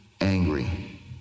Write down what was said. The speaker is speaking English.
angry